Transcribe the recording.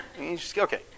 Okay